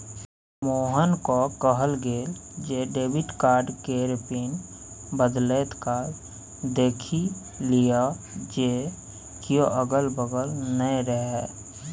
मोहनकेँ कहल गेल जे डेबिट कार्ड केर पिन बदलैत काल देखि लिअ जे कियो अगल बगल नै रहय